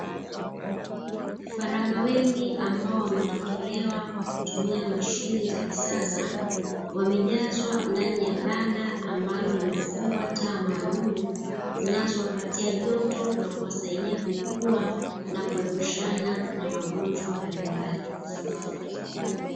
Vifaranga wengi ambao wametotolewa kwa kutumia mashine ya kisasa, wamejazwa ndani ya banda, ambalo limefungwa taa maalumu zinazowapatia joto na kuwasaida kukua na kuepushana na magonjwa mbalimbali.